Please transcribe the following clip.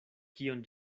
kion